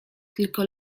tylko